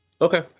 Okay